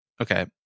Okay